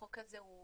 החוק הזה הוא